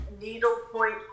needlepoint